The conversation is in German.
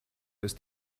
ist